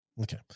Okay